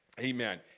Amen